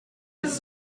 his